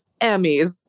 Emmys